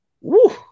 woo